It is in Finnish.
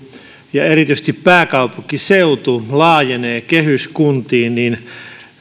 ja erityisesti pääkaupunkiseutu laajenee kehyskuntiin niin